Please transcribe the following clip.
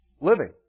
living